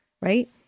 right